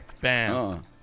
Bam